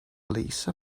lisa